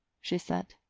she said.